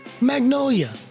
Magnolia